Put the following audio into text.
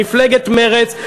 מפלגת מרצ,